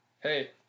Hey